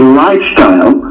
lifestyle